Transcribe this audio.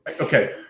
Okay